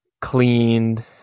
cleaned